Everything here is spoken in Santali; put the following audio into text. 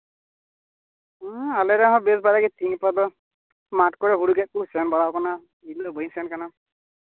ᱦᱮᱸ ᱟᱞᱮ ᱦᱚᱸ ᱵᱮᱥ ᱵᱟᱲᱟᱜᱮ ᱛᱮᱦᱮᱧ ᱜᱟᱯᱟ ᱫᱚ ᱢᱟᱴᱷ ᱠᱚᱨᱮᱫ ᱦᱩᱲᱩ ᱜᱮᱫ ᱠᱚ ᱥᱮᱱ ᱵᱟᱲᱟᱣ ᱠᱟᱱᱟ ᱮᱱᱦᱤᱞᱳᱜ ᱫᱚ ᱵᱟᱹᱧ ᱥᱮᱱ ᱠᱟᱱᱟ